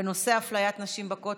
בנושא אפליית נשים בכותל.